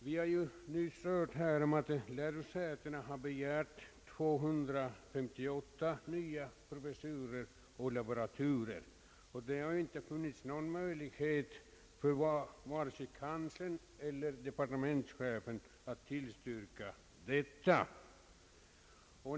Vi har nyss hört att lärosätena har begärt 258 nya professurer och laboraturer. Det har inte funnits någon möjlighet för vare sig kanslersämbetet eller departementschefen att tillstyrka så många tjänster.